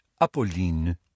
Apolline